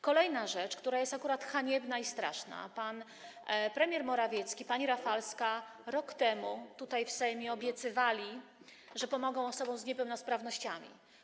Kolejna rzecz, która jest akurat haniebna i straszna: pan premier Morawiecki, pani Rafalska rok temu tutaj, w Sejmie, obiecywali, że pomogą osobom z niepełnosprawnościami.